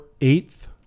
eighth